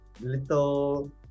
little